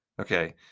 Okay